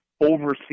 oversee